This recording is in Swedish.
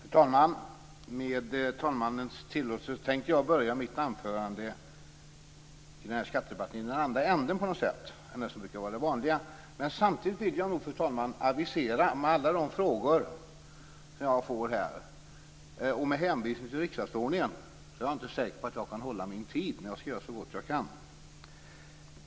Fru talman! Med talmannens tillåtelse tänkte jag börja mitt anförande i denna skattedebatt i en annan ände än den som brukar vara det vanliga. Samtidigt vill jag avisera, fru talman, med hänvisning till riksdagsordningen och till alla de frågor jag får här, att jag inte är säker på att jag kan hålla min tid. Jag skall dock göra så gott jag kan.